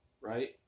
right